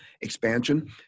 expansion